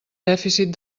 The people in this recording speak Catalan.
dèficit